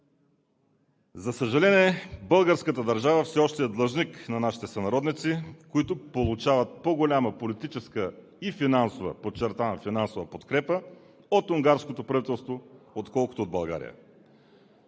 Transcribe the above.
За съжаление, българската държава все още е длъжник на нашите сънародници, които получават по-голяма политическа и финансова, подчертавам, финансова подкрепа от унгарското правителство, отколкото от България.